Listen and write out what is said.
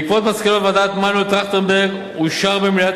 בעקבות מסקנות ועדת-טרכטנברג אושר במליאת